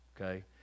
okay